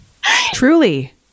Truly